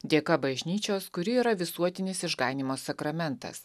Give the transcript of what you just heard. dėka bažnyčios kuri yra visuotinis išganymo sakramentas